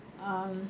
um